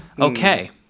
okay